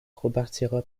repartira